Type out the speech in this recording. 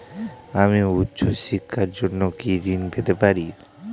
আমি উচ্চশিক্ষার জন্য কি ঋণ পেতে পারি?